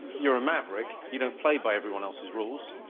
you're a maverick. you don't play by everyone else's rules.